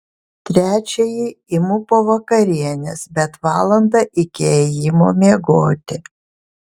trečiąjį imu po vakarienės bet valandą iki ėjimo miegoti